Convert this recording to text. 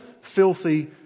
filthy